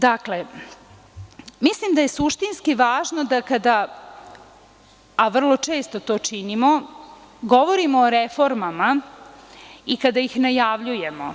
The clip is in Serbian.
Dakle, mislim da je suštinski važno da kada, a vrlo često to činimo, govorimo o reformama i kada ih najavljujemo